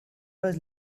was